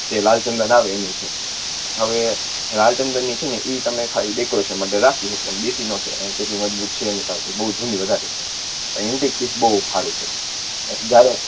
જે લાલ ચંદન આવે એની છે હવે લાલ ચંદનની છે એ તમે ખાલી ડેકોરેશન માટે રાખી શકો બેસી ન શકો એમ તો એટલી મજબૂત છે નહીં પાછી બહુ જૂની વધારે છે એન્ટિક પીસ બહુ સારું છે જા